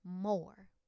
more